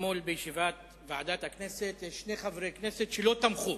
שאתמול בישיבת ועדת הכספים היו שני חברי כנסת שלא תמכו